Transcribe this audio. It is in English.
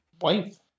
wife